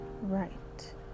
right